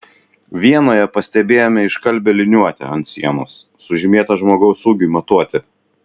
vienoje pastebėjome iškalbią liniuotę ant sienos sužymėtą žmogaus ūgiui matuoti